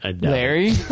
Larry